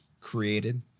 created